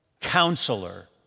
Counselor